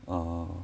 ah ah